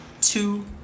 two